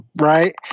Right